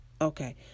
okay